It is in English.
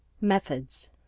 Methods